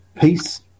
peace